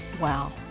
wow